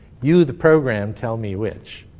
you, the program, tell me which.